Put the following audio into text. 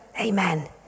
Amen